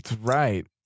right